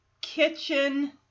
kitchen